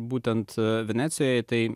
būtent venecijoje tai